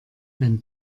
wenn